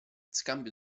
scambio